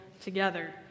together